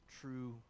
true